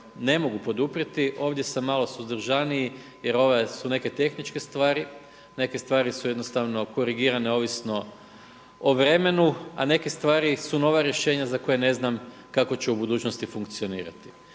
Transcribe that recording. ne mogu poduprijeti, ovdje sam malo suzdržaniji jer ovo su neke tehničke stvari, neke su stvari jednostavno korigirane ovisno o vremenu, a neke stvari su nova rješenja za koja ne znam kako će u budućnosti funkcionirati.